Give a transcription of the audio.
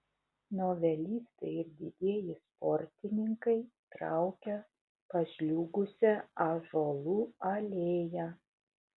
novelistai ir didieji sportininkai traukė pažliugusia ąžuolų alėja